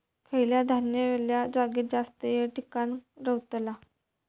खयला धान्य वल्या जागेत जास्त येळ टिकान रवतला?